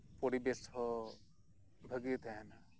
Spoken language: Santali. ᱯᱚᱨᱤᱵᱮᱥ ᱦᱚᱸ ᱵᱷᱟᱜᱮ ᱛᱟᱦᱮᱱᱟ